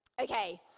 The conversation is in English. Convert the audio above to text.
Okay